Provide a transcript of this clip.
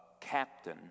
captain